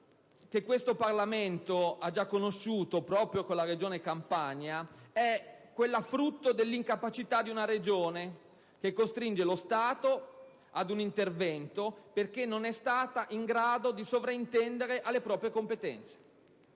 che questo Parlamento ha già conosciuto, proprio con la Regione Campania, è quella frutto dell'incapacità di una Regione che costringe lo Stato ad un intervento, perché questa non è stata in grado di sovraintendere alle proprie competenze.